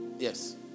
Yes